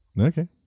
Okay